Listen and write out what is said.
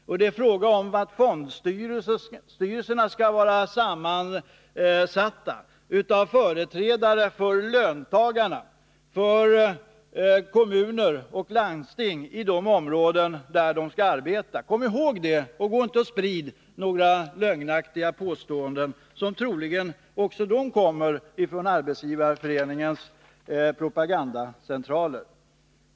Och fondstyrelserna skall vara sammansatta av företrädare för löntagarna, för kommuner och landsting i de områden där de skall arbeta. Kom ihåg det, och gå inte och sprid några lögnaktiga påståenden, som troligen också kommer från Arbetsgivareföreningens propagandacentral.